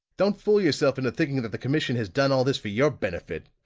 don't fool yourself into thinking that the commission has done all this for your benefit!